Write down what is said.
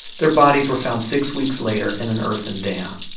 their bodies were found six weeks later in an earthen dam.